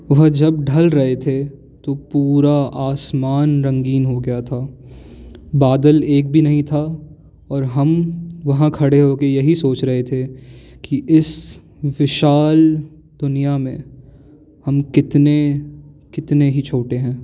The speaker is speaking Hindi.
वह जब ढल रहे थे तो पूरा आसमान रंगीन हो गया था बादल एक भी नहीं था और हम वहाँ खड़े होके यही सोच रहे थे कि इस विशाल दुनिया में हम कितने कितने ही छोटे हैं